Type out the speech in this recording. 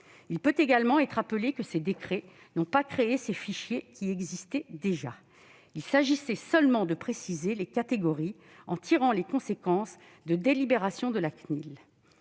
rappelle également que ces décrets n'ont pas créé ces fichiers, qui existaient déjà. Il s'agissait seulement de préciser les catégories, en tirant les conséquences de délibérations de la CNIL.